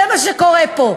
זה מה שקורה פה.